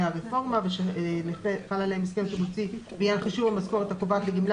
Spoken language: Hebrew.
הרפורמה וחל עליהם הסכם לעניין חישוב משכורת הקובעת לגמלה